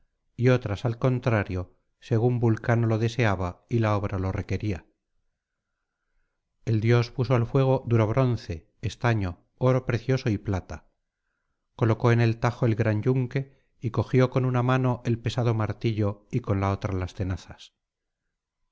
y otras al contrario según vulcano lo deseaba y la obra lo requería el dios puso al fuego duro bronce estaño oro precioso y plata colocó en el tajo el gran yunque y cogió con una mano el pesado martillo y con la otra las tenazas